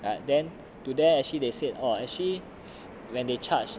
right then today actually they said oh actually when they charged